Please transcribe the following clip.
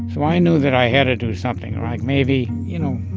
so i knew that i had to do something, like, maybe you know,